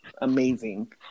amazing